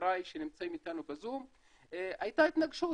חבריי שנמצאים איתנו בזום, הייתה התנגשות,